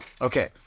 Okay